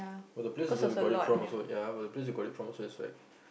but the place also you got it from also ya but the place you got it from says like